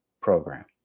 program